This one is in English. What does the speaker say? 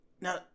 now